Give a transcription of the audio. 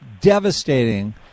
devastating